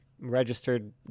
registered